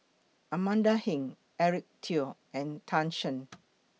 Amanda Heng Eric Teo and Tan Shen